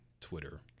Twitter